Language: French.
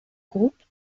groupe